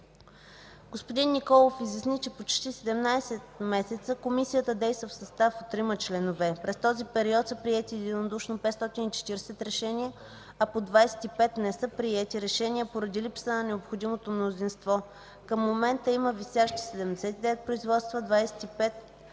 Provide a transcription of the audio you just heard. Господин Николов изясни, че почти 17 месеца Комисията действа в състав от трима членове. През този период са приети единодушно 540 решения, а по 25 не са приети решения поради липса на необходимото мнозинство. Към момента има висящи 79 производства, 25